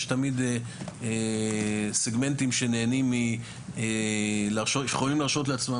יש תמיד סגמנטים שנהנים ויכולים להרשות לעצמם,